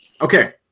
okay